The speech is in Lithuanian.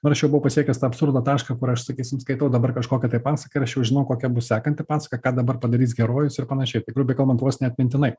nu ir aš jau buvau pasiekęs tą absurdo tašką kur aš sakysim skaitau dabar kažkokią tai pasaką ir aš jau žinau kokia bus sekanti pasaka ką dabar padarys herojus ir panašiai tai grubiai kalbant vo ne atmintinai